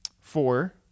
four